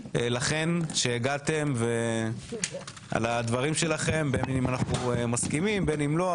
תודה לכן שהגעתם ,על הדברים שלכם בין אם אנחנו מסכימים בין אם לא,